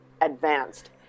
advanced